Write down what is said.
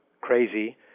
crazy